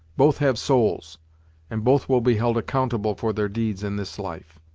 both have souls and both will be held accountable for their deeds in this life.